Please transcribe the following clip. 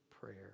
prayer